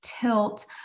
tilt